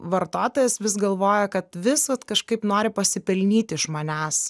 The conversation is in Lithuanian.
vartotojas vis galvoja kad vis vat kažkaip nori pasipelnyti iš manęs